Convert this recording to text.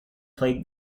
plagued